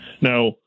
Now